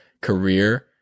career